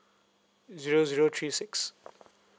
zero zero three six